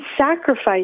sacrifice